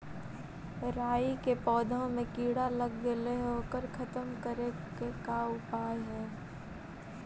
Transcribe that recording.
राई के पौधा में किड़ा लग गेले हे ओकर खत्म करे के का उपाय है?